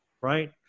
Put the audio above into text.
right